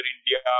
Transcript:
India